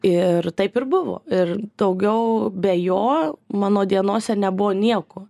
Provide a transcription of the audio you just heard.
ir taip ir buvo ir daugiau be jo mano dienose nebuvo nieko